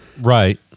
Right